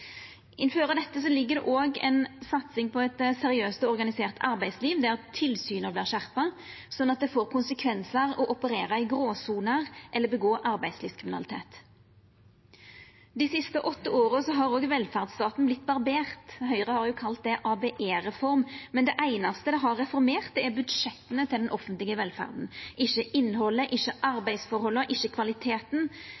dette ligg det òg ei satsing på eit seriøst og organisert arbeidsliv der tilsyna vert skjerpa sånn at det får konsekvensar å operera i gråsoner eller utføra arbeidslivskriminalitet. Dei siste åtte åra har òg velferdsstaten vorte barbert. Høgre har kalla det ei ABE-reform. Men det einaste ho har reformert, er budsjetta til den offentlege velferda – ikkje innhaldet, ikkje